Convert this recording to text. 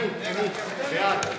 אני, אני, אני.